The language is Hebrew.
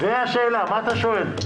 מה אתה שואל?